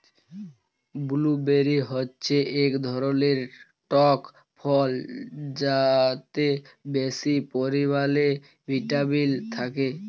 blueberry হচ্যে এক ধরলের টক ফল যাতে বেশি পরিমালে ভিটামিল থাক্যে